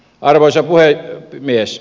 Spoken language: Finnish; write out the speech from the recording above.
arvoisa puhemies